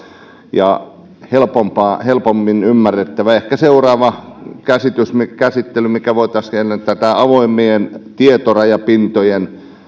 ja helpommin ymmärrettävää lainsäädäntöä ehkä seuraava käsittely mikä voitaisiin käydä olisi avoimien tietorajapintojen